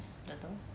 tak tahu